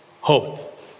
hope